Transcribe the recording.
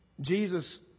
Jesus